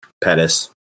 Pettis